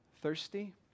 thirsty